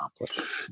accomplish